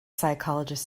psychologist